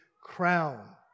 crown